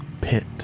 pit